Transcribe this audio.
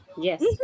Yes